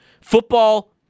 Football